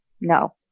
No